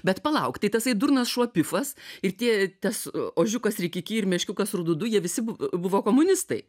bet palauk tai tasai durnas šuo pifas ir tie tas ožiukas rikiki ir meškiukas rududu jie visi buvo komunistai